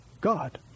God